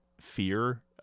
fear